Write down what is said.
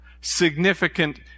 significant